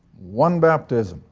one baptism,